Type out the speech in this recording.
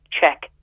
check